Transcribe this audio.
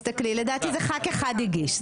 לדעתי זה ח"כ אחד הגיש.